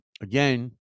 Again